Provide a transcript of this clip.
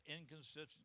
inconsistent